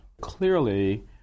Clearly